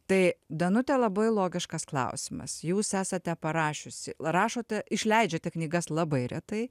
tai danute labai logiškas klausimas jūs esate parašiusi rašote išleidžiate knygas labai retai